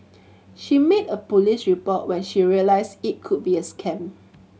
she made a police report when she realised it could be a scam